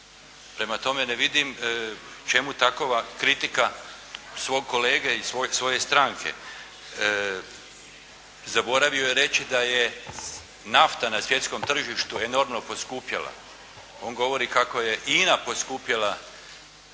Prema tome ne vidim čemu takova kritika svog kolege i svoje stranke. Zaboravio je reći da je nafta na svjetskom tržištu enormno poskupjela. On govori kako je INA poskupjela gorivo.